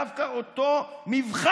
תוך כדי הנדסת תודעה